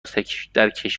کشور